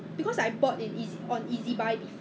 可是我忘了叫什么名字 leh 我要去找一下